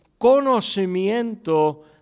conocimiento